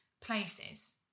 places